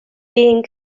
being